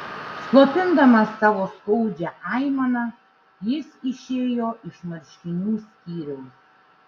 slopindamas savo skaudžią aimaną jis išėjo iš marškinių skyriaus